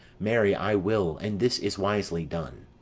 marry, i will and this is wisely done.